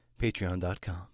patreon.com